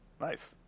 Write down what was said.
Nice